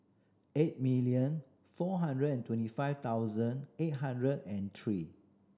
eight million four hundred and twenty five thousand eight hundred and three